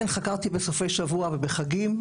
כן, חקרתי בסופי שבוע ובחגים